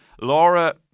Laura